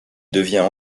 devient